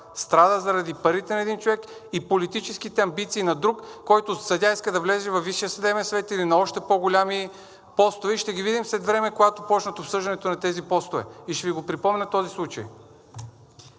Страда заради парите на един човек и политическите амбиции на друг, който съдия иска да влезе във Висшия съдебен съвет или на още по-големи постове. Ще ги видим след време, когато почнат обсъждането на тези постове, и ще Ви го припомня този случай.